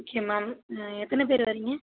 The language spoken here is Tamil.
ஓகே மேம் ஆ எத்தனை பேர் வர்றீங்க